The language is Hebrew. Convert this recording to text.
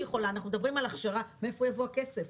אנחנו מדברים על הכשרה, מאיפה יבוא הכסף?